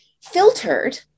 filtered